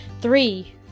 Three